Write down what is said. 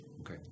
okay